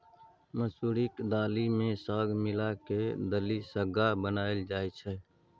मसुरीक दालि मे साग मिला कय दलिसग्गा बनाएल जाइ छै